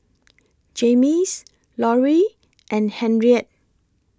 Jaymes Lorie and Henriette